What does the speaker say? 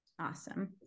Awesome